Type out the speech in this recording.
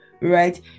right